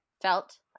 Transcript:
felt